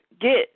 get